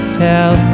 tell